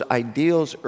ideals